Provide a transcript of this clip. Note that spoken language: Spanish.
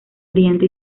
brillante